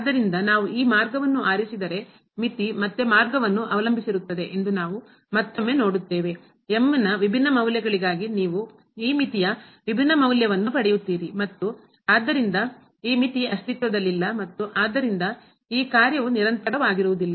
ಆದ್ದರಿಂದ ನಾವು ಈ ಮಾರ್ಗವನ್ನು ಆರಿಸಿದರೆ ಮಿತಿ ಮತ್ತೆ ಮಾರ್ಗವನ್ನು ಅವಲಂಬಿಸಿರುತ್ತದೆ ಎಂದು ನಾವು ಮತ್ತೊಮ್ಮೆ ನೋಡುತ್ತೇವೆ ನ ವಿಭಿನ್ನ ಮೌಲ್ಯಗಳಿಗಾಗಿ ನೀವು ಈ ಮಿತಿಯ ವಿಭಿನ್ನ ಮೌಲ್ಯವನ್ನು ಪಡೆಯುತ್ತೀರಿ ಮತ್ತು ಆದ್ದರಿಂದ ಈ ಮಿತಿ ಅಸ್ತಿತ್ವದಲ್ಲಿಲ್ಲ ಮತ್ತು ಆದ್ದರಿಂದ ಈ ಕಾರ್ಯವು ನಿರಂತರವಾಗಿರುವುದಿಲ್ಲ